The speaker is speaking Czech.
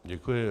Děkuji.